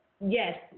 yes